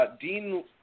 Dean